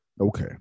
okay